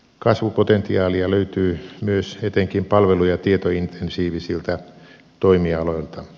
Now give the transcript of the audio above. kasvupotentiaalia löytyy myös etenkin palvelu ja tietointensiivisiltä toimialoilta